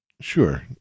Sure